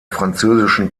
französischen